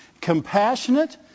compassionate